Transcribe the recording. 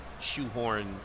shoehorn